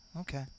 Okay